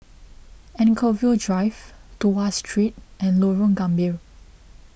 Anchorvale Drive Tuas Street and Lorong Gambir